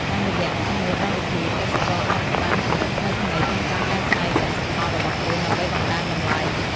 តាមរយៈការមើលកម្មវិធី កសិករអាចបានគំនិតថ្មីៗក្នុងការកែច្នៃកសិផលរបស់ខ្លួនដើម្បីបង្កើនតម្លៃ។